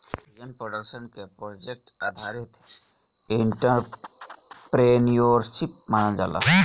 television production के project आधारित entrepreneurship मानल जाला